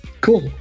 Cool